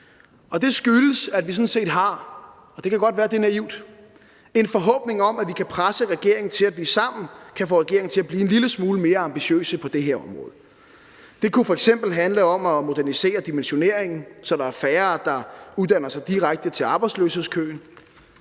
godt være, det er naivt – en forhåbning om, at vi kan presse regeringen, at vi sammen kan få regeringen til at blive en lille smule mere ambitiøse på det her område. Det kunne f.eks. handle om at modernisere dimensioneringen, så der er færre, der uddanner sig direkte til arbejdsløshedskøen.